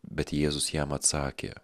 bet jėzus jam atsakė